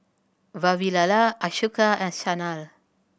Vavilala Ashoka and Sanal